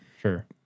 sure